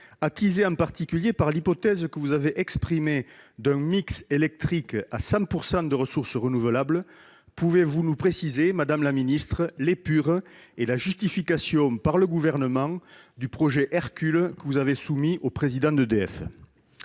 attisé en particulier par l'hypothèse que vous avez exprimée d'un mix électrique à 100 % de ressources renouvelables, pouvez-vous préciser l'épure et la justification par le Gouvernement du projet Hercule que vous avez soumis au président d'EDF ?